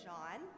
John